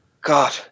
god